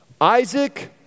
Isaac